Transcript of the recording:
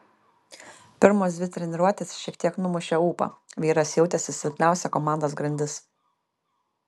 pirmos dvi treniruotės šiek tiek numušė ūpą vyras jautėsi silpniausia komandos grandis